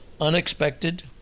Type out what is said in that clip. Unexpected